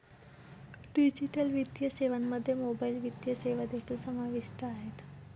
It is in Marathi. डिजिटल वित्तीय सेवांमध्ये मोबाइल वित्तीय सेवा देखील समाविष्ट आहेत